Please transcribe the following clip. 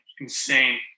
insane